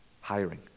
hiring